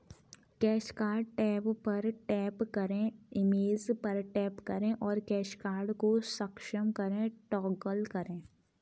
cash card tab पर tap करें, image पर टैप करें और कैश कार्ड को सक्षम करें टॉगल करें